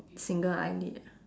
single eyelid ah